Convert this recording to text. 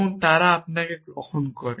এবং তারা আপনাকে গ্রহণ করে